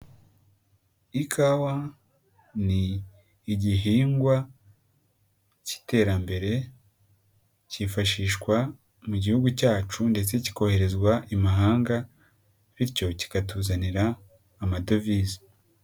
Ikawa ni igihingwa k'iterambere kifashishwa mu gihugu cyacu ndetse kikoherezwa i mahanga bityo kikatuzanira amadovize.